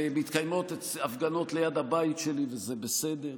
ומתקיימות הפגנות ליד הבית שלי וזה בסדר.